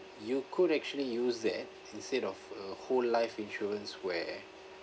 you could actually use that instead of a whole life insurance where